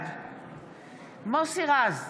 בעד מוסי רז,